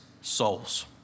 souls